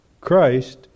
christ